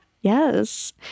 Yes